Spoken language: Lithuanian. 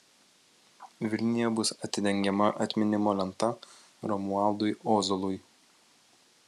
vilniuje bus atidengiama atminimo lenta romualdui ozolui